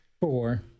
four